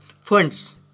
funds